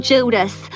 Judas